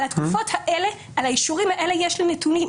על האישורים האלה יש לי נתונים,